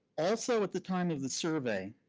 also, at the time of the survey,